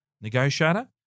negotiator